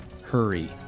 hurry